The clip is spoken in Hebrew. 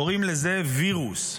קוראים לזה וירוס.